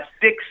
Six